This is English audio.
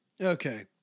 Okay